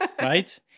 right